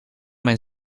mijn